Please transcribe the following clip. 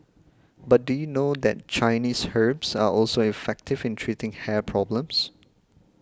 but do you know that Chinese herbs are also effective in treating hair problems